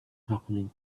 happening